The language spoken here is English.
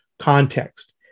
context